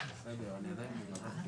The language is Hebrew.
כלל העודפים בתוכנית הזאת,